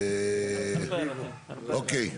אוקיי.